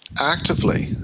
actively